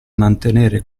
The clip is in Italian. mantenere